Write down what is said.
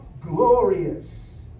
glorious